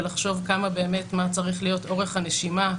ולחשוב כמה באמת ומה צריך להיות אורך הנשימה,